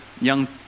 young